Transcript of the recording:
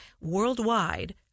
worldwide